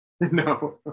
no